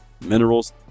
minerals